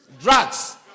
Drugs